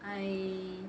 I